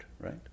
right